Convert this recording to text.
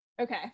Okay